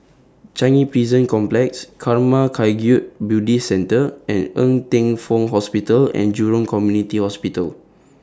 Changi Prison Complex Karma Kagyud Buddhist Centre and Ng Teng Fong Hospital and Jurong Community Hospital